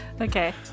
okay